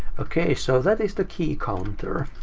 ok, so that is the key counter.